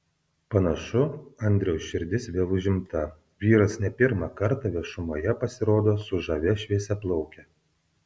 panašu andriaus širdis vėl užimta vyras ne pirmą kartą viešumoje pasirodo su žavia šviesiaplauke